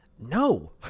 No